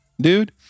dude